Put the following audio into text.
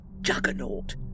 juggernaut